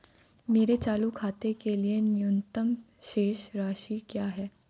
मेरे चालू खाते के लिए न्यूनतम शेष राशि क्या है?